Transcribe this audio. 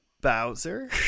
Bowser